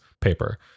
paper